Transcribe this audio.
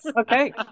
Okay